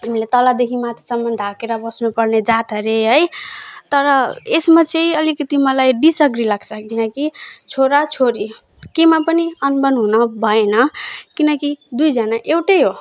हामीले तलदेखि माथिसम्म ढाकेर बस्नुपर्ने जात हरे है तर यसमा चाहिँ अलिकति मलाई डिसएग्री लाग्छ किनकि छोरा छोरी केमा पनि अनबन हुन भएन किनकि दुईजना एउटै हो